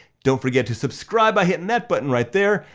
don't forget to subscribe by hitting that button right there,